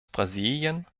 brasilien